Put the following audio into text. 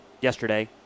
yesterday